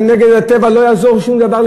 כנגד הטבע לא יעזור שום דבר.